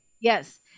Yes